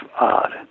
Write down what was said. odd